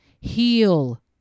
Heal